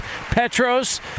petros